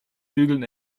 bügeln